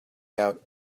out